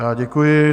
Já děkuji.